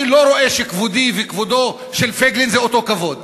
אני לא רואה שכבודי וכבודו של פייגלין זה אותו כבוד,